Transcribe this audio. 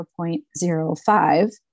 0.05